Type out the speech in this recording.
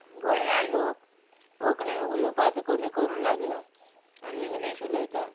गोंयान लोक कोंकणी उलोवपाचो कमी करूंक लागला आनी इंग्लीश उलयता